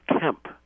Kemp